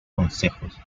concejos